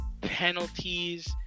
penalties